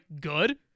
good